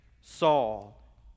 Saul